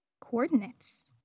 coordinates